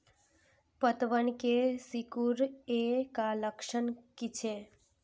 पतबन के सिकुड़ ऐ का लक्षण कीछै?